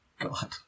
God